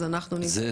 זה בסדר.